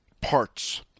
parts